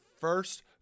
first